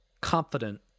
confident